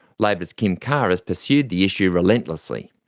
labor's kim carr has pursued the issue relentlessly.